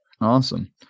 Awesome